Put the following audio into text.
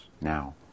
now